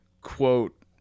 quote